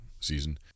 season